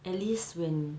at least when